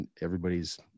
everybody's